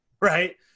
right